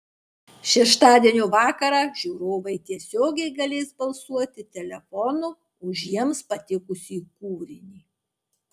šeštadienio vakarą žiūrovai tiesiogiai galės balsuoti telefonu už jiems patikusį kūrinį